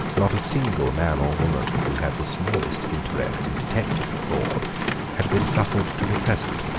not a single man or woman who had the smallest interest in detecting the fraud had been suffered to be present.